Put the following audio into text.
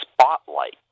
spotlight